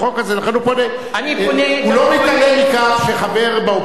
הוא לא מתעלם מכך שחבר באופוזיציה,